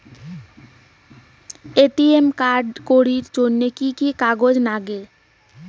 ATM card করির জন্যে কি কি কাগজ নাগে?